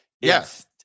yes